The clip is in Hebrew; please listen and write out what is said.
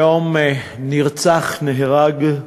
היום נרצח, נהרג,